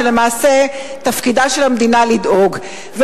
שלמעשה תפקידה של המדינה לדאוג להם.